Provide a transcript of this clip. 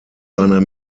seiner